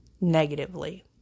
negatively